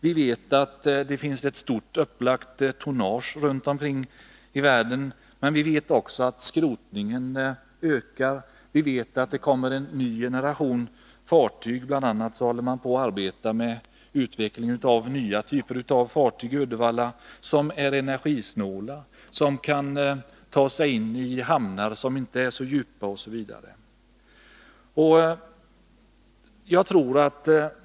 Vi vet att det finns mycket upplagt tonnage runt omkring i världen, men vi vet också att skrotningen ökar. Vi vet att det kommer en ny generation fartyg. Bl. a. arbetar man i Uddevalla med utveckling av nya typer av fartyg som är energisnåla, som kan ta sig in i hamnar som inte är så djupa osv.